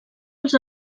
els